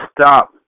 Stop